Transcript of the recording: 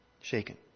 Shaken